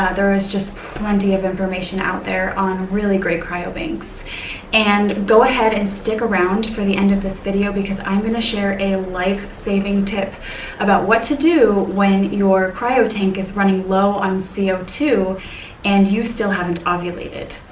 ah there is just plenty of information out there on really great cryobanks and go ahead and stick around for the end of this video because i'm going to share a lifesaving tip about what to do when your cryotank is running low on c o two and you still haven't ovulated.